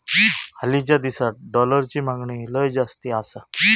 हालीच्या दिसात डॉलरची मागणी लय जास्ती आसा